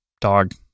dog